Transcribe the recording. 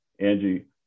Angie